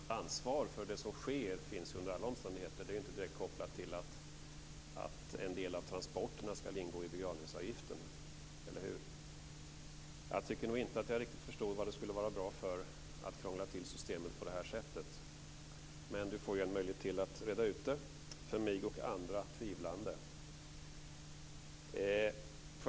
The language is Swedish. Fru talman! Begravningshuvudmannens övergripande ansvar för det som sker finns under alla omständigheter. Det är inte direkt kopplat till att en del av transporterna skall ingå i begravningsavgiften, eller hur? Jag förstod inte riktigt vad det skulle vara bra för att krångla till systemet på detta sätt. Men Pär Axel Sahlberg får en möjlighet till att reda ut detta för mig och andra tvivlande.